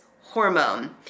hormone